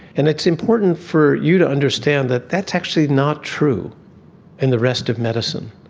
and it's important for you to understand that that's actually not true in the rest of medicine.